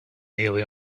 nearly